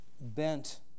bent